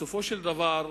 בסופו של דבר,